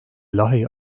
lahey